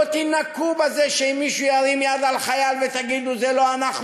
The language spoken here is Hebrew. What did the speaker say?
אתם לא תינקו בזה שאם מישהו ירים יד על חייל תגידו זה לא אנחנו,